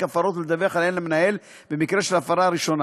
הפרות ולדווח עליהן למנהל במקרה של הפרה ראשונה.